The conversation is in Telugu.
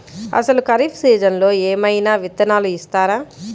అసలు ఖరీఫ్ సీజన్లో ఏమయినా విత్తనాలు ఇస్తారా?